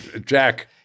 Jack